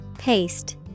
Paste